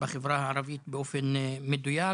בחברה הערבית באופן מדויק,